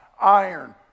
iron